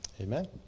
Amen